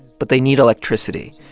but they need electricity,